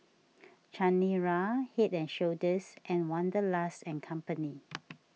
Chanira Head and Shoulders and Wanderlust and Company